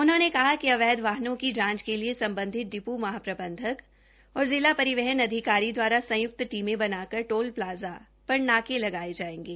उन्होंने कहा कि अवैध वाहनों की जांच के लिए सम्बधित डिप् महाप्रबंधक और जिला परिवहन अधिकारी दवारा संयुक्त टीमें बनाकर टोल प्लाजा पर नाके लगाये जायेंगे